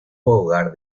hogar